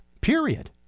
Period